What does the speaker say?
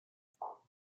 four